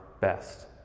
best